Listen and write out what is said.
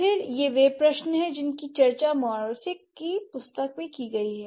फिर ये वे प्रश्न हैं जिनकी चर्चा मोरवस्किक की पुस्तक में की गई है